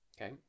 Okay